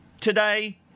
today